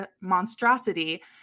monstrosity